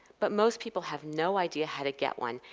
but most people have no idea how to get one,